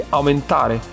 aumentare